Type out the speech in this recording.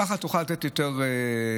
ככה תוכל לתת יותר מענה.